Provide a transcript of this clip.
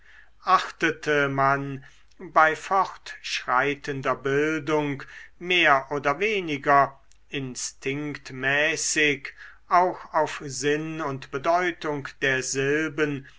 achtete man bei fortschreitender bildung mehr oder weniger instinktmäßig auch auf sinn und bedeutung der silben